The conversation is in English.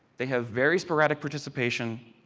they have very sporadic participation.